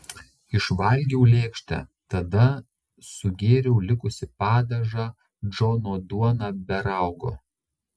išvalgiau lėkštę tada sugėriau likusį padažą džono duona be raugo